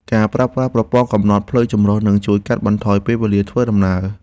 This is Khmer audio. ការប្រើប្រាស់ប្រព័ន្ធកំណត់ផ្លូវចម្រុះ នឹងជួយកាត់បន្ថយពេលវេលាធ្វើដំណើរ។